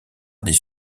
des